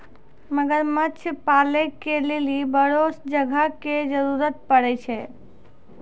मगरमच्छ पालै के लेली बड़ो जगह के जरुरत पड़ै छै